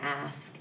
ask